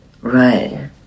right